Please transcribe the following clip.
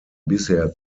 bisher